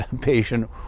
patient